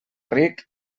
ric